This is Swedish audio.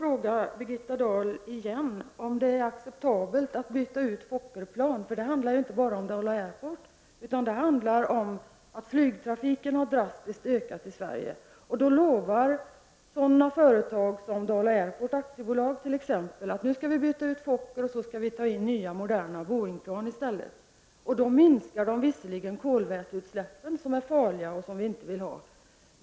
Anser Birgitta Dahl att det är acceptabelt att ersätta Fokkerplan med Boéingplan? Det handlar ju inte bara om Dala Airport, utan det handlar om att flygtrafiken i Sverige ökat drastiskt. Dala Airport t.ex. lovar då att man skall byta ut Fokkerplanen mot nya moderna Boéingplan. Då minskar man visserligen kolväteutsläppen, som är farliga och som vi inte vill ha.